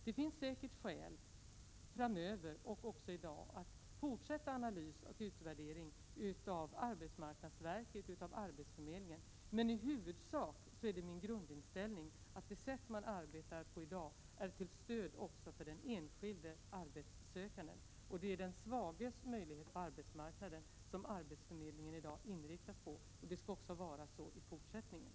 Det finns säkert skäl att framöver, och även i dag, fortsätta analys och utvärdering av arbetsmarknadsverket och arbetsförmedlingen, men i huvudsak är min grundinställning att det sätt man arbetar på i dag är till stöd även för den enskilde arbetssökande. Det är den svages möjlighet på arbetsmarknaden som arbetsförmedlingen i dag inriktas på, och det skall vara så också i fortsättningen.